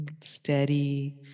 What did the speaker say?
Steady